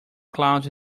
clouds